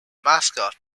mascot